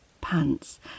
pants